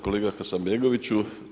Kolega Hasanbegoviću.